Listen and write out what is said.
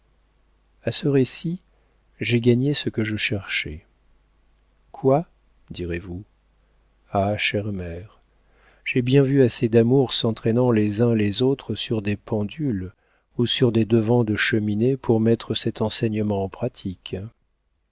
a ce récit j'ai gagné ce que je cherchais quoi direz-vous ah chère mère j'ai bien vu assez d'amours s'entraînant les uns les autres sur des pendules ou sur des devants de cheminée pour mettre cet enseignement en pratique